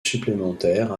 supplémentaire